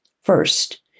First